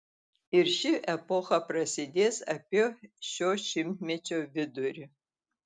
ir ši epocha prasidės apie šio šimtmečio vidurį